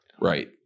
Right